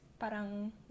Parang